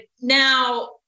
now